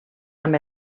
amb